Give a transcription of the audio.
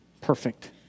Perfect